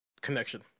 connection